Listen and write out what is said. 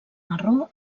marró